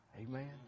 Amen